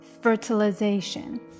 fertilization